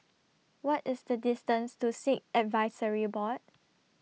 What IS The distance to Sikh Advisory Board